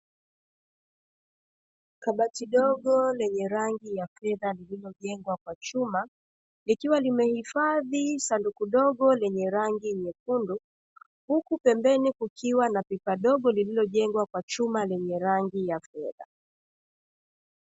Kabati dogo lenye rangi ya fedha, lililojengwa kwa chuma, likiwa limehifadhi sanduku dogo lenye rangi nyekundu, huku pembeni kukiwa na pipa dogo lililojengwa kwa chuma lenye rangi ya fedha.